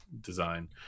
design